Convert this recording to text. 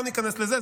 לא ניכנס לזה,